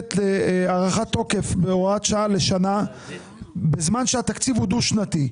מדברת על הארכת תוקף בהוראת שעה לשנה בזמן שהתקציב הוא דו-שנתי,